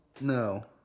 No